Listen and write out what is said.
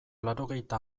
laurogeita